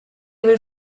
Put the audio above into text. will